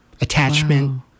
attachment